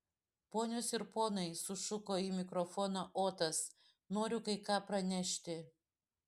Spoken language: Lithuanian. ponios ir ponai sušuko į mikrofoną otas noriu kai ką pranešti